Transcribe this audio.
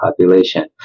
population